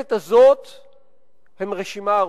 בכנסת הזאת הם רשימה ארוכה.